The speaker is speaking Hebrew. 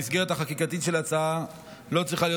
המסגרת החקיקתית של ההצעה לא צריכה להיות